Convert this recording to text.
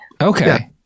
okay